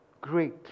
Great